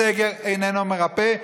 הסגר איננו מרפא.